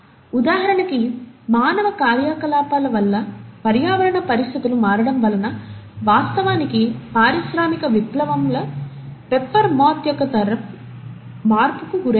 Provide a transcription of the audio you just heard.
ఉదాహరణకి మానవ కార్యకలాపాల వల్ల పర్యావరణ పరిస్థితులను మారడం వలన వాస్తవానికి పారిశ్రామిక విప్లవంల పెప్పర్ మాత్ యొక్క తరం మార్పుకు గురయ్యింది